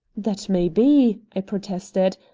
that may be, i protested.